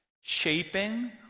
Shaping